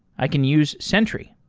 i can use sentry.